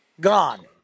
Gone